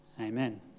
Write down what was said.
Amen